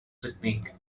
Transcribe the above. technique